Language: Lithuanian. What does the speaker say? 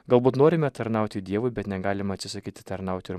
galbūt norime tarnauti dievui bet negalim atsisakyt tarnaut ir